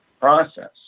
process